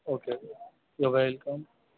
okay okay you are welcome